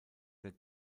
der